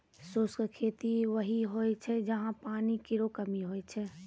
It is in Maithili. शुष्क खेती वहीं होय छै जहां पानी केरो कमी होय छै